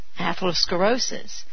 atherosclerosis